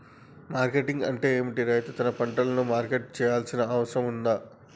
Marketing అంటే ఏమిటి? రైతు తన పంటలకు మార్కెటింగ్ చేయాల్సిన అవసరం ఉందా?